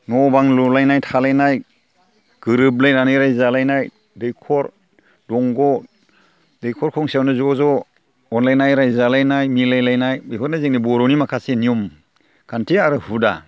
न' बां लुलायनाय थालायनाय गोरोबलायनानै रायजो जालायनाय दैखर दंग' दैखर गंसेयावनो ज' ज' अनलायनाय रायजो जालायनाय मिलायनाय बेफोरनो जोंनि बर' माखासे नियम खान्थि आरो हुदा